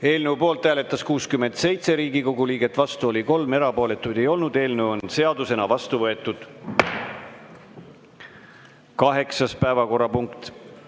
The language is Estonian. Eelnõu poolt hääletas 67 Riigikogu liiget, vastu oli 3, erapooletuid ei olnud. Eelnõu on seadusena vastu võetud. Kaheksas päevakorrapunkt